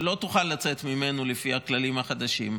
שהוא לא יוכל לצאת ממנו לפי הכללים החדשים.